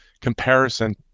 comparison